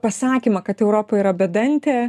pasakymą kad europa yra bedantė